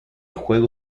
juego